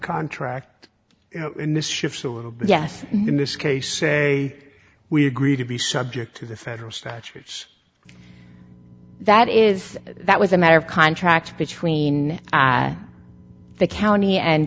contract yes in this case we agree to be subject to the federal statutes that is that was a matter of contract between the county and